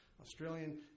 Australian